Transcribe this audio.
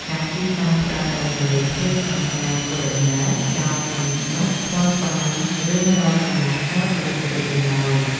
ការជិះកង់ផ្ដល់នូវសេរីភាពក្នុងការធ្វើដំណើរ ដោយមិនបាច់ខ្វល់ខ្វាយរឿងរកកន្លែងចតដូចរថយន្តឡើយ។